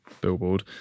billboard